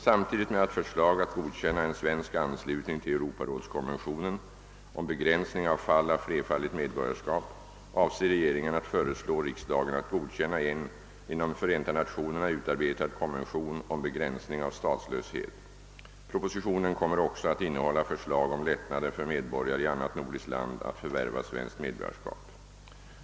Samtidigt med förslag att godkänna en svensk anslutning till Europarådskonventionen om begränsning av fall av flerfaldigt medborgarskap avser regeringen att föreslå riksdagen att godkänna en inom FN utarbetad konvention om begränsning av statslöshet. Propositionen kommer också att innehålla förslag om lättnader för medborgare i annat nordiskt land att förvärva svenskt medborgarskap.